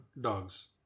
dogs